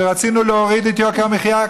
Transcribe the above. שרצינו להוריד את יוקר המחיה.